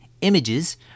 images